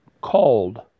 called